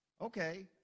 Okay